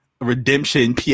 redemption